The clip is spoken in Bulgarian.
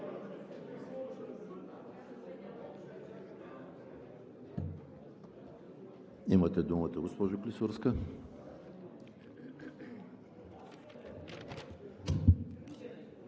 Имате думата, госпожо Клисурска.